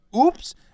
oops